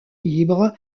libre